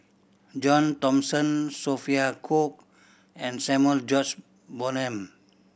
John Thomson Sophia Cooke and Samuel George Bonham